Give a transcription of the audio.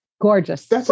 Gorgeous